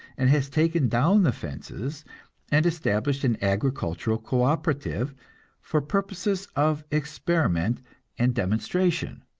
and has taken down the fences and established an agricultural co-operative for purposes of experiment and demonstration.